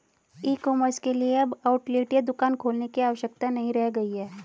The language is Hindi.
ई कॉमर्स के लिए अब आउटलेट या दुकान खोलने की आवश्यकता नहीं रह गई है